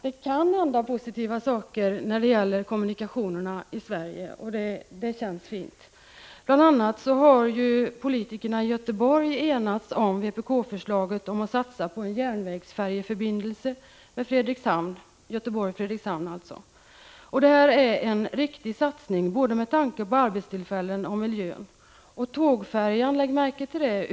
Det kan hända positiva saker när det gäller kommunikationerna i Sverige, och det känns fint. Bl. a. har politikerna i Göteborg enats om vpk-förslaget att man skall satsa på en järnvägsfärjeförbindelse Göteborg-Fredrikshamn. Det är en riktig satsning både med tanke på arbetstillfällena och med tanke på miljön. Tågfärjan — lägg märke till det!